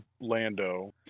Lando